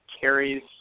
carries